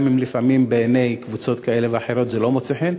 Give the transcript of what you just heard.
גם אם לפעמים בעיני קבוצות כאלה ואחרות זה לא מוצא חן.